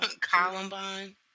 Columbine